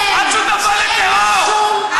את שותפה לטרור.